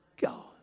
God